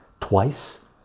twice